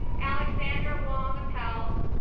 alexandra wong appel,